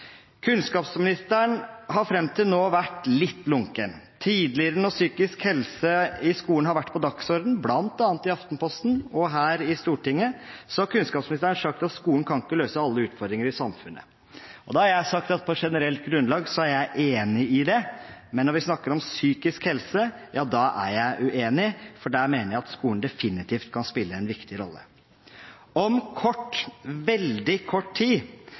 Kunnskapsministeren har fram til nå vært litt lunken. Tidligere når psykisk helse i skolen har vært på dagsordenen, bl.a. i Aftenposten og her i Stortinget, har kunnskapsministeren sagt at skolen kan ikke løse alle utfordringer i samfunnet. Og da har jeg sagt at på generelt grunnlag er jeg enig i det, men når vi snakker om psykisk helse, er jeg uenig, for der mener jeg at skolen definitivt kan spille en viktig rolle. Om kort – veldig kort – tid